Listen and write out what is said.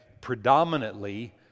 predominantly